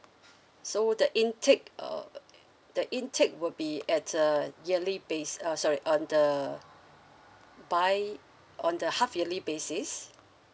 so the intake of uh at the intake will be at uh yearly basi~ uh sorry on the bi~ on the half yearly basis